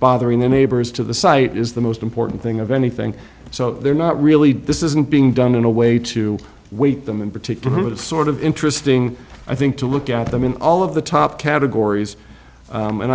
bothering the neighbors to the site is the most important thing of anything so they're not really this isn't being done in a way to weight them in particular that it's sort of interesting i think to look at them in all of the top categories and i